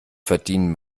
verdienen